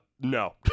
no